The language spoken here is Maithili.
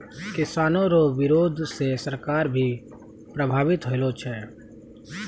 किसानो रो बिरोध से सरकार भी प्रभावित होलो छै